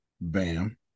bam